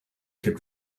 could